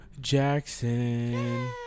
Jackson